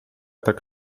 tak